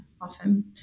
often